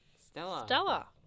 Stella